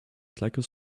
slacker